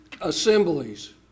assemblies